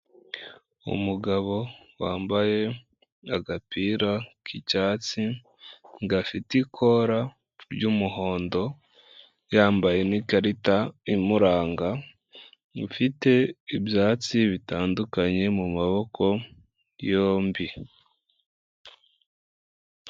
Umugabo wambaye agapira k'icyatsi gafite ikora ry'umuhondo, yambaye n'ikarita imuranga, ifite ibyatsi bitandukanye mu maboko yombi.